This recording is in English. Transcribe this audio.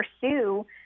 pursue